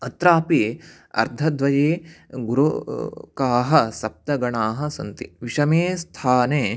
अत्रापि अर्धद्वये गुरो काः सप्तगणाः सन्ति विषमे स्थाने